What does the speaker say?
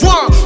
One